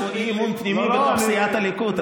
יש פה אי-אמון פנימי בתוך סיעת הליכוד,